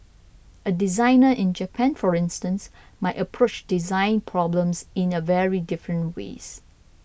a designer in Japan for instance might approach design problems in a very different ways